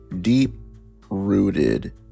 deep-rooted